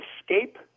escape